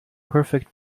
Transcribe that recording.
perfect